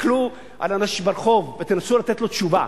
תסתכלו על אנשים ברחוב ותנסו לתת להם תשובה.